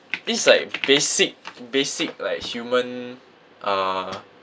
this is like basic basic like human uh